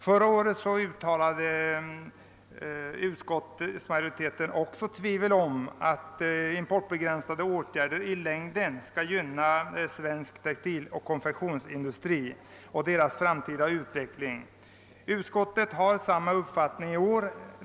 Förra året uttalade utskottsmajoriteten tvivel på att importbegränsande åtgärder i längden kan gynna svensk textiloch konfektionsindustris utveckling. Utskottet har samma uppfattning i år.